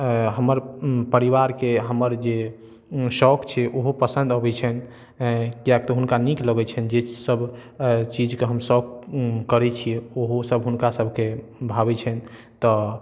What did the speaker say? हमर परिवारके हमर जे शौक छै ओहो पसन्द अबै छन्हि किएक तऽ हुनका नीक लगै छन्हि जे सभ चीजके हम शौक करै छियै ओहो सभ हुनका सभके भाबै छन्हि तऽ